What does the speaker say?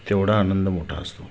तेवढा आनंद मोठा असतो